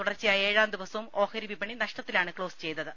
തുടർച്ചയായ ഏഴാം ദിവസവും ഓഹരിവീപണി നഷ്ടത്തിലാണ് ക്ലോസ് ചെയ്തത്